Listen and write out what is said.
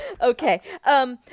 Okay